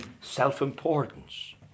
self-importance